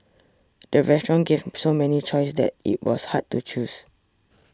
the restaurant gave so many choices that it was hard to choose